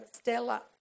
Stella